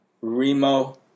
Remo